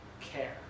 care